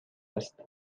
است